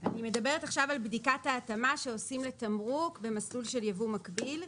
אני מדברת עכשיו על בדיקת ההתאמה שעושים לתמרוק במסלול של יבוא מקביל.